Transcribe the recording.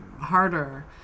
harder